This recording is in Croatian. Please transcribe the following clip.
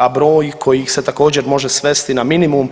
A broj koji ih se također može svesti na minimum